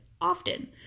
often